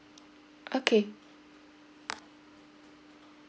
okay